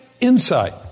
insight